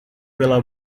pela